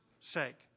sake